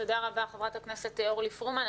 תודה רבה חברת הכנסת אורלי פרומן.